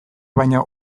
baino